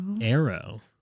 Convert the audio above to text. Arrow